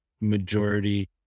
majority